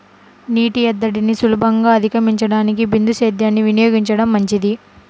నీటి ఎద్దడిని సులభంగా అధిగమించడానికి బిందు సేద్యాన్ని వినియోగించడం మంచిది